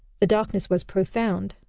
the darkness was profound.